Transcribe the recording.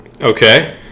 Okay